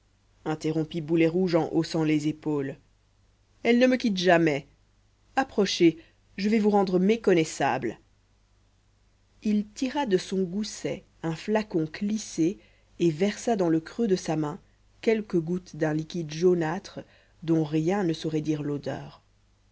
interrompit boulet rouge en haussant les épaules elle ne me quitte jamais approchez je vais vous rendre méconnaissables il tira de son gousset un flacon clissé et versa dans le creux de sa main quelques gouttes d'un liquide jaunâtre dont rien ne saurait dire l'odeur